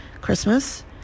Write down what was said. Christmas